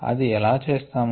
అది ఎలా చేస్తాము